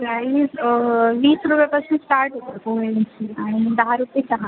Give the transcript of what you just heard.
price वीस रुपयापासून start होतं पोह्यांची आणि दहा रुपये चहा